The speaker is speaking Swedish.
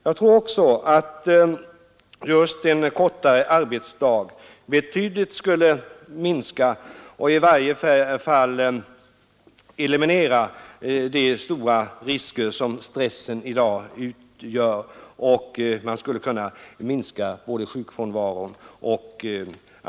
Jag tror också att just en kortare arbetsdag skulle eliminera eller i varje fall tydligt minska de stora risker som stressen i dag utgör och att man därigenom skulle kunna minska sjukfrånvaron.